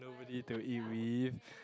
nobody to eat with